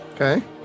okay